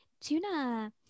Tuna